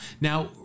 now